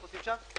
איך עושים שם,